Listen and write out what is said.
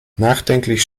nachdenklich